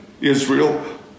Israel